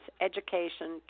Education